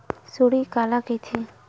सुंडी काला कइथे?